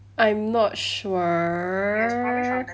I'm not sure